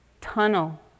tunnel